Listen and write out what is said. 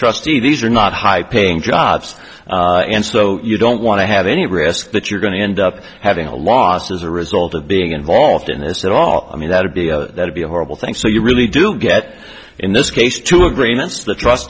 trustee these are not high paying jobs and so you don't want to have any risk that you're going to end up having a loss as a result of being involved in this at all i mean that to be would be a horrible thing so you really do get in this case to agreements t